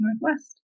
Northwest